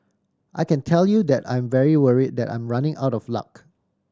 I can tell you that I'm very worried that I'm running out of luck